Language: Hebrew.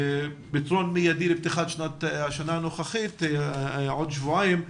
ופתרון מיידי לקראת פתיחת שנת הלימודים הבאה עוד שבועיים.